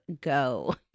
go